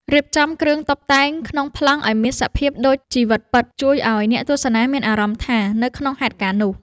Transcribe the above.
រៀបចំគ្រឿងតុបតែងក្នុងប្លង់ឱ្យមានសភាពដូចជីវិតពិតជួយឱ្យអ្នកទស្សនាមានអារម្មណ៍ថានៅក្នុងហេតុការណ៍នោះ។